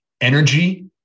energy